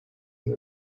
and